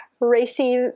racy